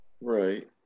Right